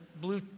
Blue